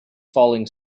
falling